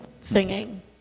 Singing